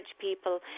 people